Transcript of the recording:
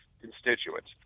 constituents